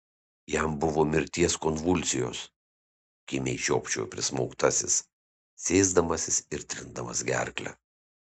jam buvo mirties konvulsijos kimiai žiopčiojo prismaugtasis sėsdamasis ir trindamas gerklę